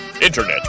Internet